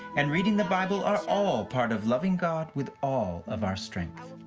and reading the bible are all part of loving god with all of our strength.